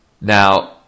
Now